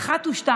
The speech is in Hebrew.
הללו.